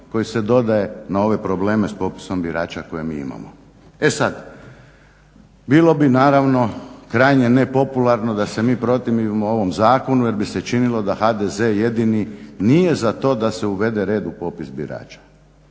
koji se dodaje na ove probleme s popisom birača koje mi imamo. E sad, bilo bi naravno krajnje nepopularno da se mi protivimo ovom zakonu jer bi se činilo da HDZ jedini nije za to da se uvede red u popis birača.